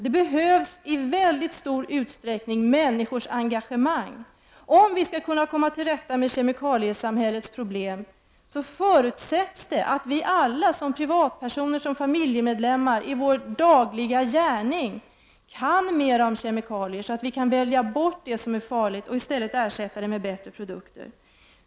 Det som i mycket stor utsträckning behövs är människors engagemang. Om man skall komma till rätta med kemikaliesamhällets problem är förutsättningen att vi alla, som privatpersoner och familjemedlemmar, i vår dagliga gärning kan mera om kemikalier, så att vi kan välja bort det som är farligt och ersätta det med bättre produkter.